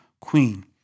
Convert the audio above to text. queen